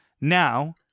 now